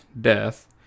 death